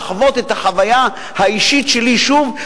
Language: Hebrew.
לחוות את החוויה האישית שלי שוב,